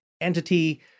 entity